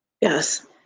Yes